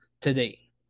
today